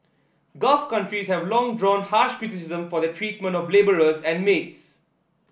gulf countries have long drawn harsh criticism for their treatment of labourers and maids